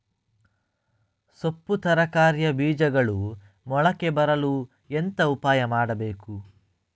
ಸೊಪ್ಪು ತರಕಾರಿಯ ಬೀಜಗಳು ಮೊಳಕೆ ಬರಲು ಎಂತ ಉಪಾಯ ಮಾಡಬೇಕು?